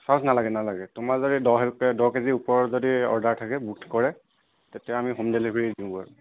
charge নালাগে নালাগে তোমাৰ যদি দহ দহ কেজি ওপৰ যদি অৰ্ডাৰ থাকে বুক কৰে তেতিয়া আমি হোম ডেলিভাৰী দিওঁগৈ